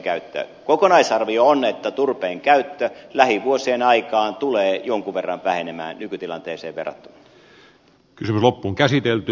kokonaisarvio on että turpeen käyttö lähivuosien aikaan tulee jonkun verran vähenemään nykytilanteeseen verrattuna